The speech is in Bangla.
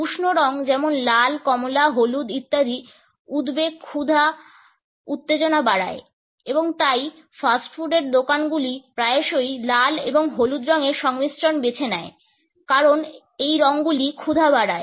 উষ্ণ রং যেমন লাল কমলা হলুদ ইত্যাদি উদ্বেগ ক্ষুধা উত্তেজনা বাড়ায় এবং তাই ফাস্ট ফুডের দোকানগুলি প্রায়শই লাল এবং হলুদ রঙের সংমিশ্রণ বেছে নেয় কারণ এই রংগুলি ক্ষুধা বাড়ায়